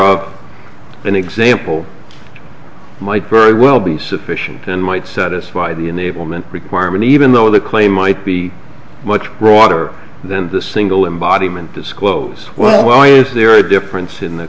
of an example might very well be sufficient and might satisfy the enablement requirement even though the claim might be much broader than the single embodiment disclose well why is there a difference in the